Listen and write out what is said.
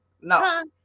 No